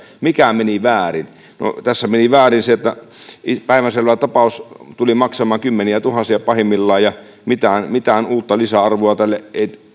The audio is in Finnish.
mikä meni väärin no tässä meni väärin se että päivänselvä tapaus tuli maksamaan kymmeniätuhansia pahimmillaan ja mitään mitään uutta lisäarvoa tälle